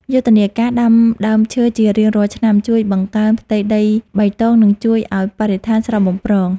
យុទ្ធនាការដាំដើមឈើជារៀងរាល់ឆ្នាំជួយបង្កើនផ្ទៃដីបៃតង និងជួយឱ្យបរិស្ថានស្រស់បំព្រង។